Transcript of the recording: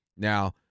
Now